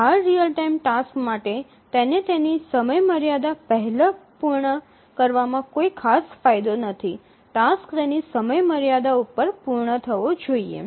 hard real time tasks માટે તેને તેની સમયમર્યાદા પહેલા પૂર્ણ કરવામાં કોઈ ખાસ ફાયદો નથી ટાસ્ક તેની સમયમર્યાદામાં પૂર્ણ થવો જોઈએ